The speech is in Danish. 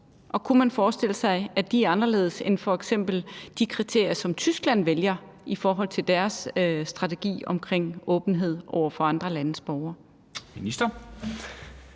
Og kunne man forestille sig, at de er anderledes end f.eks. de kriterier, som Tyskland vælger i forhold til deres strategi omkring åbenhed over for andre landes borgere?